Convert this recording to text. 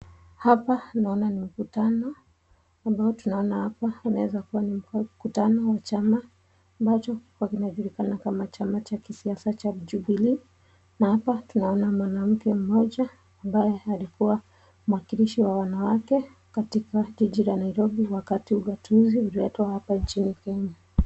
Hapa naona ni mkutano ambao tunaona hapa inaweza kuwa ni mkutano wa chama ambacho kilikuwa kinajulikana kama chama cha kisiasa cha Jubilee na hapa tunaona mwanamke mmoja ambaye alikuwa mwakilishi wa wanawake katika jiji la Nairobi wakati ugatuzi uliletwa hapa nchini Kenya.